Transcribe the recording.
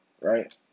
Right